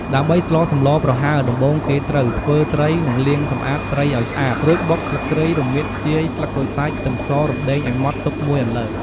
ដើម្បីស្លសម្លប្រហើរដំបូងគេត្រូវ ធ្វើត្រីនិងលាងសម្អាតត្រីឱ្យស្អាត រួចបុក ស្លឺកគ្រៃ រមៀត ខ្ជាយ ស្លឹកក្រូចសើច ខ្ទឹមស រំដេងឱ្យម៉ដ្ឋទុកមួយអន្លើ។